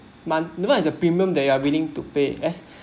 month as the premium that you are willing to pay as